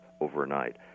overnight